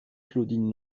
claudine